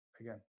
again